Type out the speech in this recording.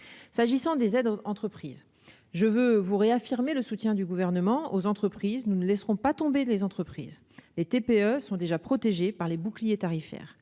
s'agissant des aides aux entreprises, je veux vous réaffirmer le soutien du gouvernement aux entreprises : nous ne laisserons pas tomber dans les entreprises, les TPE sont déjà protégés par les bouclier tarifaire,